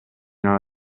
non